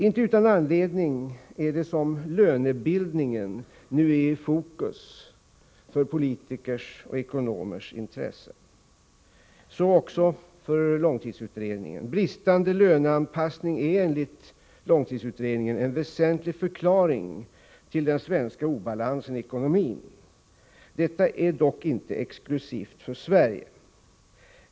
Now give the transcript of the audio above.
Inte utan anledning är lönebildningen nu i fokus för politikers och ekonomers intresse, så också för långtidsutredningen. Bristande löneanpassning är enligt långtidsutredningen en väsentlig förklaring till den svenska obalansen i ekonomin. Detta är dock inte exklusivt för Sverige.